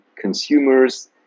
consumers